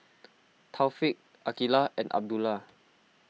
Taufik Aqilah and Abdullah